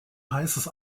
heißes